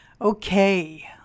Okay